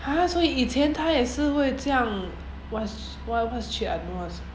!huh! 所以以前他也是会这样 !wah! !wah! what the shit I don't know what to say